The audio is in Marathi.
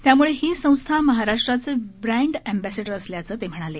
त्याम्ळे ही संस्था महाराष्ट्राचे ब्रँड अम्ब्रासिडर असल्याचं ते म्हणाले